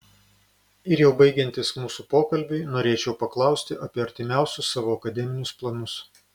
ir jau baigiantis mūsų pokalbiui norėčiau paklausti apie artimiausius savo akademinius planus